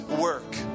work